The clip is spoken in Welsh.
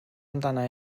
amdana